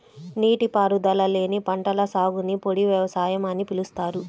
నీటిపారుదల లేని పంటల సాగుని పొడి వ్యవసాయం అని పిలుస్తారు